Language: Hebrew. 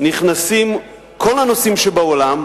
נכנסים כל הנושאים שבעולם: